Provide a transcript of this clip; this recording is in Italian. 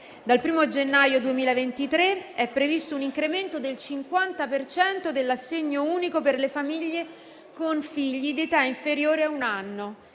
Dal 1° gennaio 2023 è previsto un incremento del 50 per cento dell'assegno unico per le famiglie con figli di età inferiore a un anno